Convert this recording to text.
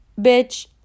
Bitch